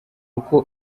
uko